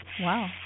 Wow